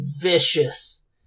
vicious